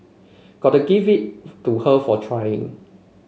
gotta give it to her for trying